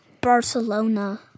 Barcelona